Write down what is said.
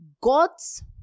God's